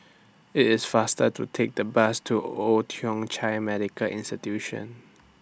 IT IS faster to Take The Bus to Old Thong Chai Medical Institution